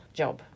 job